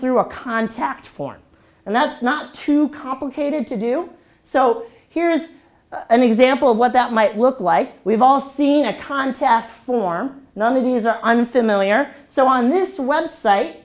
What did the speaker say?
through a contact form and that's not too complicated to do so here's an example of what that might look like we've all seen a contest form none of these are unfamiliar so on this website